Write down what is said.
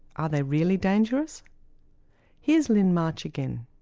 are they really dangerous here's lyn march again.